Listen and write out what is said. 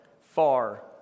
far